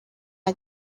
are